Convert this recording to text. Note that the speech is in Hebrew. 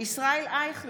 בהצבעה ישראל אייכלר,